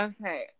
Okay